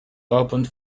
opened